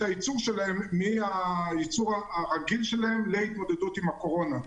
הייצור שלהם מהייצור הרגיל שלהם להתמודדות עם הקורונה.